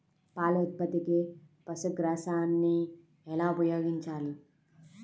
పాల ఉత్పత్తికి పశుగ్రాసాన్ని ఎలా ఉపయోగించాలి?